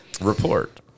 Report